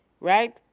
Right